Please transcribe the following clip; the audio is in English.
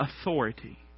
authority